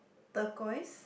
turquoise